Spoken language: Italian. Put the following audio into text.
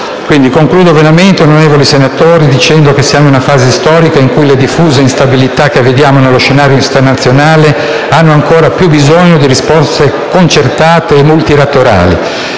senatori, termino davvero sottolineando che siamo in una fase storica in cui le diffuse instabilità che vediamo nello scenario internazionale hanno ancora più bisogno di risposte concertate e multilaterali